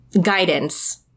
guidance